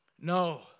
no